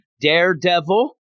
daredevil